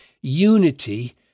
unity